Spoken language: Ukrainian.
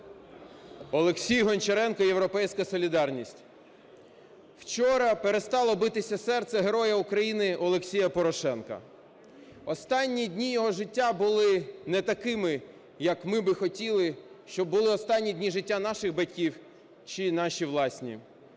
Олексій Гончаренко, "Європейська солідарність". Вчора перестало битися серце Героя України Олексія Порошенка. Останні дні його життя були не такими, як ми би хотіли, щоб були останні дні життя наших батьків чи наші власні.